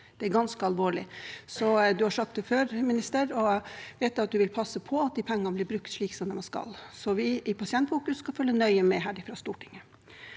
Det er ganske alvorlig. Ministeren har sagt det før, og jeg vet at han vil passe på at de pengene blir brukt slik som de skal, så vi i Pasientfokus skal følge nøye med her fra Stortinget.